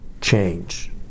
change